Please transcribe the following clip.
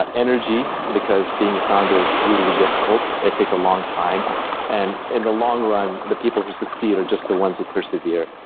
energy, because being a founder is brutally difficult. it takes a long time and in the long run, the people who succeed are just the ones who persevere.